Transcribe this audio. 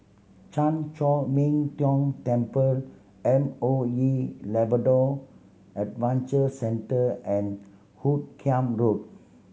Chan Chor Min Tong Temple M O E Labrador Adventure Centre and Hoot Kiam Road